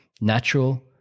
natural